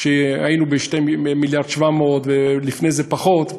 כשהיינו ב-1.7 מיליארד, ולפני זה בפחות.